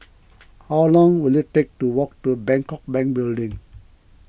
how long will it take to walk to Bangkok Bank Building